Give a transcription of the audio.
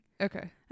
Okay